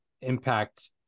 impact